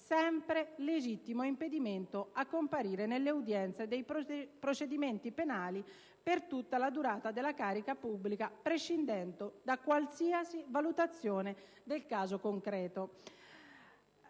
sempre legittimo impedimento a comparire nelle udienze dei procedimenti penali per tutta la durata della carica pubblica, prescindendo da qualsiasi valutazione del caso concreto.